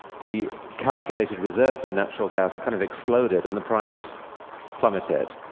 the calculated reserves of natural gas kind of exploded and the price plummeted,